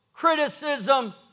criticism